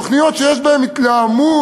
תוכניות שיש בהן התלהמות,